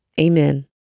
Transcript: Amen